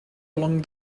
along